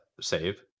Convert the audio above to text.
save